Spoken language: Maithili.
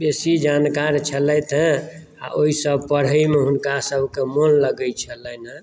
बेसी जानकार छलथि हँ आ ओहिसँ पढ़ैमे हुनका सभकेँ मन लगै छलनि हँ